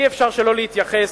אי-אפשר שלא להתייחס.